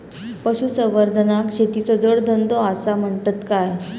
पशुसंवर्धनाक शेतीचो जोडधंदो आसा म्हणतत काय?